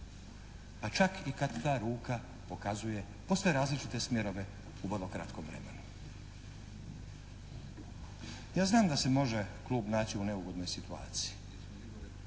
Pa čak i kad ta ruka pokazuje posve različite smjerove u vrlo kratkom vremenu. Ja znam da se može klub naći u neugodnoj situaciji.